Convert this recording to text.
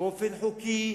באופן חוקי,